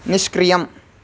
निष्क्रियम्